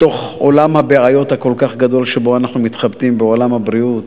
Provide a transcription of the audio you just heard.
בתוך עולם הבעיות הכל-כך גדול שבו אנחנו מתחבטים בעולם הבריאות,